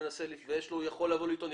הוא יכול לבוא ולטעון.